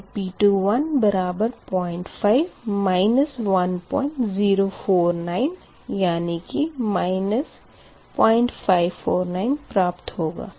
∆P2 बराबर 05 1049 यानी कि 0549 प्राप्त होगा